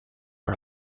are